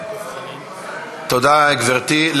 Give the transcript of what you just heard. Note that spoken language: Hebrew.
תודה, גברתי.